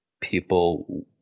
people